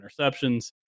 interceptions